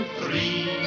three